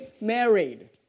married